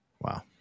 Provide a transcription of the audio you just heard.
Wow